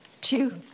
Two